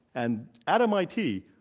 and at mit,